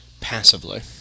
passively